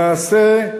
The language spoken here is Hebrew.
למעשה,